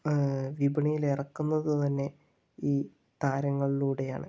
വിപണിയിൽ ഇറക്കുന്നത് തന്നെ ഈ താരങ്ങളിലൂടെയാണ്